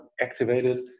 activated